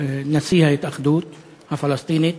נשיא ההתאחדות הפלסטינית,